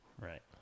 right